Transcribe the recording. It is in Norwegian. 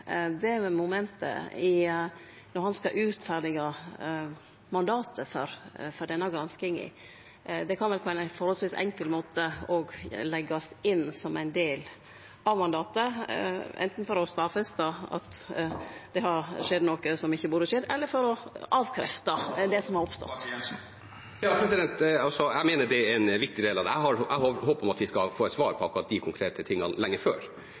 det momentet når han skal formulere mandatet for denne granskinga? Det kan vel på ein forholdsvis enkel måte òg leggjast inn som ein del av mandatet, anten for å stadfeste at det har skjedd noko som ikkje burde ha skjedd, eller for å avkrefte det som har oppstått. Ja, jeg mener det er en viktig del av det. Jeg har håp om at vi skal få et svar på akkurat disse konkrete tingene lenge før